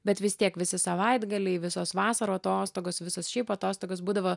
bet vis tiek visi savaitgaliai visos vasarų atostogos visos šiaip atostogos būdavo